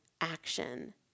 action